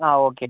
ആ ഓക്കെ